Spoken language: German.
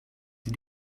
sie